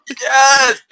yes